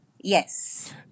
Yes